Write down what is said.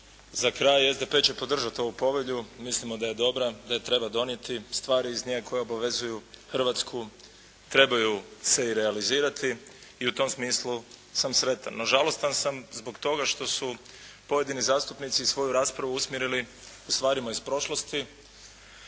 za kraj SDP će podržati ovu povelju. Mislimo da je dobra, da je treba donijeti. Stvari iz nje koje obavezuju Hrvatsku trebaju se i realizirati i u tom smislu sam sretan. No, žalostan sam zbog toga što su pojedini zastupnici i svoju raspravu usmjerili u stvarima iz prošlosti.